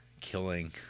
killing